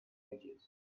edges